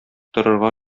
торырга